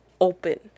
open